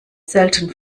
selten